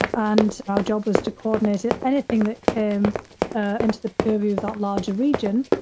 and our job was to coordinate anything that came ah into the purview of that larger region.